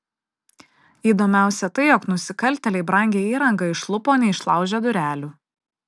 įdomiausia tai jog nusikaltėliai brangią įrangą išlupo neišlaužę durelių